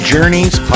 Journeys